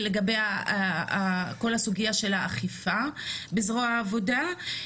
ולגבי כל הסוגייה של האכיפה בזרוע העבודה.